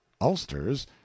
ulsters